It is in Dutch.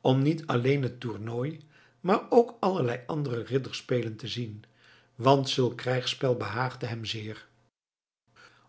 om niet alleen het tornooi maar ook allerlei andere ridderspelen te zien want zulk krijgsspel behaagde hem zeer